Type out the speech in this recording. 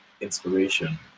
inspiration